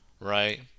right